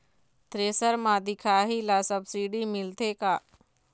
Thresher म दिखाही ला सब्सिडी मिलथे का?